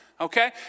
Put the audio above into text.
Okay